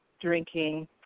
drinking